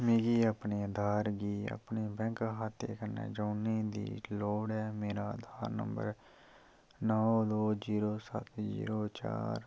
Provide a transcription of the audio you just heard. मिगी अपने आधार गी अपने बैंक खाते कन्नै जोड़ने दी लोड़ ऐ मेरा आधार नंबर नौ दो जीरो सत्त जीरो चार